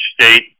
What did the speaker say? state